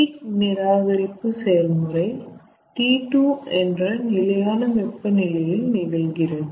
heat நிராகரிப்பு செயல்முறை T2 என்ற நிலையான வெப்பநிலையில் நிகழ்கிறது